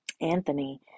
Anthony